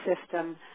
system